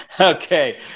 Okay